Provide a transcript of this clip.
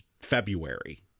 February